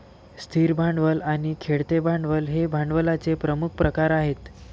स्थिर भांडवल आणि खेळते भांडवल हे भांडवलाचे प्रमुख प्रकार आहेत